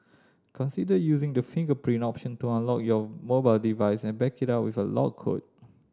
consider using the fingerprint option to unlock your mobile device and back it up with a lock code